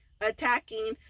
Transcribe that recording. attacking